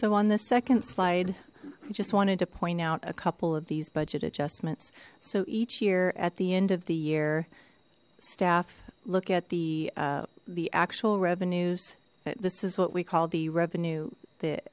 so on the second slide i just wanted to point out a couple of these budget adjustments so each year at the end of the year staff look at the the actual revenues this is what we call the revenue th